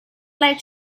like